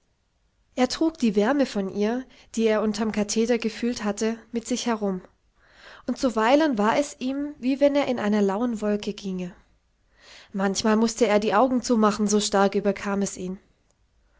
er trug die wärme von ihr die er unterm katheder gefühlt hatte mit sich herum und zuweilen war es ihm wie wenn er in einer lauen wolke ginge manchmal mußte er die augen zumachen so stark überkam es ihn